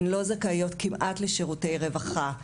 הן לא זכאיות כמעט לשירותי רווחה,